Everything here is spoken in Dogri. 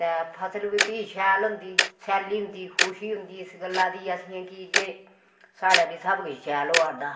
फसल बी फ्ही शैल होंदी सैल्ली होंदी खुशी होंदी इस गल्ला दी असें की जे साढ़ै बी सब किश शैल होआ'रदा